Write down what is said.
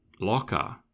locker